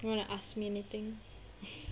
you wanna ask me anything